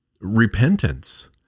repentance